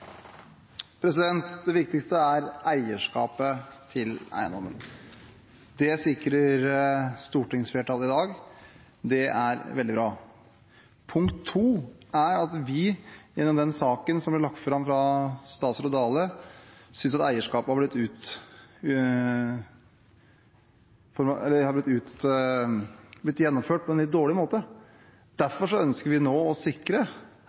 viktigste er eierskapet til eiendommen. Det sikrer stortingsflertallet i dag – det er veldig bra. Det andre er at vi, gjennom den saken som ble lagt fram fra statsråd Dale, synes at eierskapet har blitt gjennomført på en litt dårlig måte. Derfor ønsker vi nå å sikre